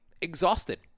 exhausted